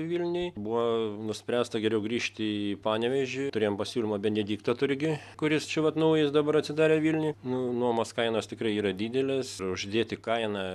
vilniuj buvo nuspręsta geriau grįžti į panevėžį turėjom pasiūlymą benedikto turgi kuris čia vat naujas dabar atsidarė vilniuj nu nuomos kainos tikrai yra didelės uždėti kainą